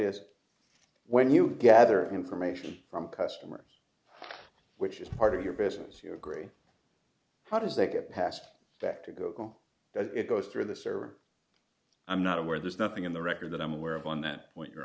is when you gather information from customers which is part of your business you agree how does that get passed back to go it goes through this or i'm not aware there's nothing in the record that i'm aware of on that point your